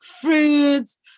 fruits